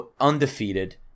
undefeated